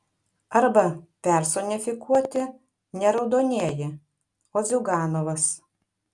arba personifikuoti ne raudonieji o ziuganovas